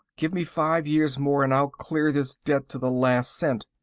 give me five years more and i'll clear this debt to the last cent.